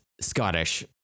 Scottish